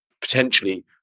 potentially